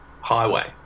highway